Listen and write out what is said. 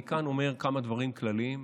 אני כאן אומר כמה דברים כלליים,